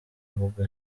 avuga